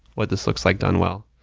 what this looks like done well.